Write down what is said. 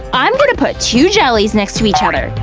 i'm gonna put two jellies next to each other.